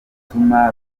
gutuma